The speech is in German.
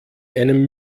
einem